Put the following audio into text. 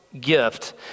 gift